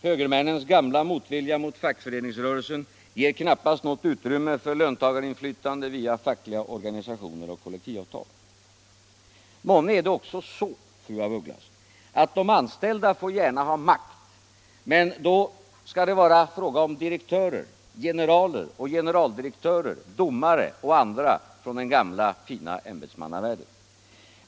Högermännens gamla motvilja mot fackföreningsrörelsen ger knappast något utrymme för löntagarinflytande via fackliga organisationer och kollektivavtal. Månne är det också så, fru af Ugglas, att de anställda får gärna ha makt — men då måste det vara fråga om direktörer, generaler och generaldirektörer, domare och andra från den gamla fina ämbetsmannavärlden.